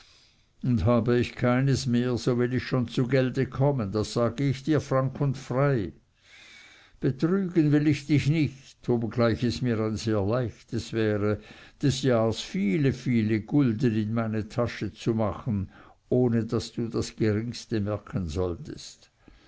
und habe ich keines mehr so will ich schon zu gelde kommen das sage ich dir frank und frei betrügen will ich dich nicht obgleich es mir ein sehr leichtes wäre des jahrs viele viele gulden in meine tasche zu machen ohne daß du das geringste merken solltest